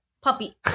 puppy